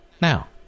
Now